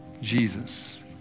Jesus